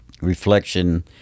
reflection